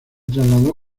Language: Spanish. trasladó